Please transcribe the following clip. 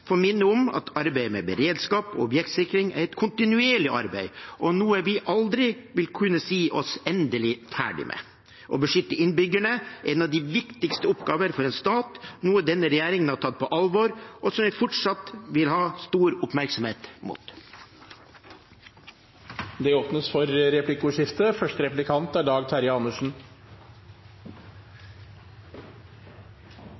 avslutningsvis få minne om at arbeidet med beredskap og objektsikring er et kontinuerlig arbeid og noe vi aldri vil kunne si oss endelig ferdig med. Å beskytte innbyggerne er en av de viktigste oppgaver for en stat, noe denne regjeringen har tatt på alvor og fortsatt vil ha stor oppmerksomhet mot. Det blir replikkordskifte. Når det gjelder akkurat Justisdepartementet, er